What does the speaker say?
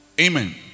Amen